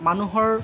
মানুহৰ